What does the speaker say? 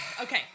Okay